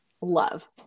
love